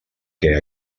què